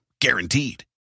Guaranteed